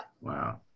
Wow